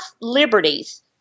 liberties –